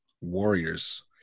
warriors